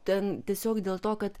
ten tiesiog dėl to kad